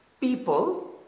people